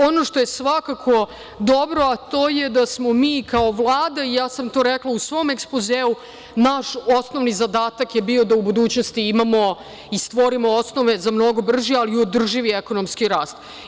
Ono što je svakako dobro to je da smo mi kao Vlada, i ja sam to rekla u svom ekspozeu, naš osnovni zadatak je bio da u budućnosti imamo i stvorimo osnove za mnogo brži, ali i održi ekonomski rast.